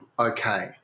Okay